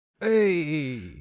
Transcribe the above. Hey